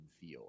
feel